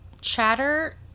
chatter